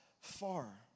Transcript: far